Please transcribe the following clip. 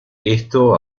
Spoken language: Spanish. esto